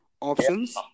options